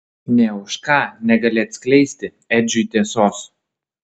nė už ką negali atskleisti edžiui tiesos